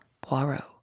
Poirot